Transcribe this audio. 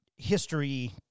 history